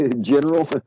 general